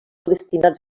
destinats